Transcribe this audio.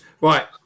Right